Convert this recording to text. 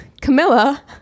Camilla